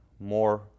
more